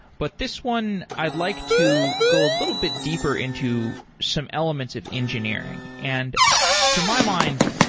but this one i'd like to go a little bit deeper into some elements of engineering. and to my mind,